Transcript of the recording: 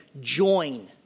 join